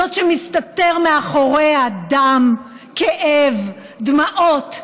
זאת שמסתתר מאחוריה דם, כאב, דמעות ושברון.